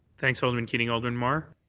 thanks, alderman keating. alderman mar?